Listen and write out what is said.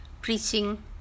preaching